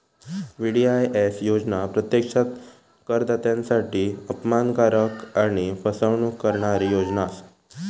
VDIS योजना प्रत्यक्षात करदात्यांसाठी अपमानकारक आणि फसवणूक करणारी योजना असा